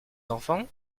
enfants